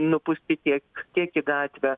nupūsti tiek tiek į gatvę